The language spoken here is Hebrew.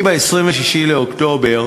ב-26 באוקטובר